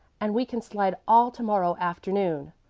and we can slide all to-morrow afternoon.